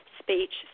speech